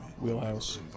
wheelhouse